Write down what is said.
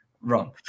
wrong